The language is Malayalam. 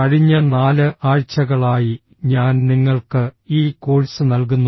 കഴിഞ്ഞ നാല് ആഴ്ചകളായി ഞാൻ നിങ്ങൾക്ക് ഈ കോഴ്സ് നൽകുന്നു